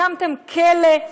הקמתם כלא,